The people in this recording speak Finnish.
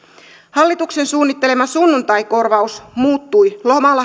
hallituksen suunnittelema sunnuntaikorvaus muuttui